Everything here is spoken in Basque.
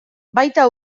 baita